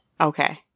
Okay